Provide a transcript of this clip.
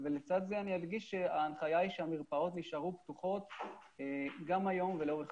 לצד זה אני אדגיש שההנחיה היא שהמרפאות יישארו פתוחות גם היום ולאורך